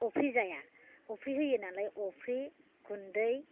अफ्रि जाया अफ्रि होयो नालाय अफ्रि गुन्दै